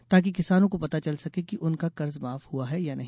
ताकि किसानों को पता चल सके कि उनका कर्ज माफ हआ है या नहीं